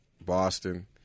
boston